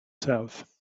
south